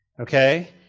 okay